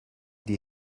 die